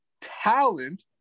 talent